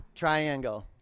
Triangle